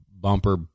bumper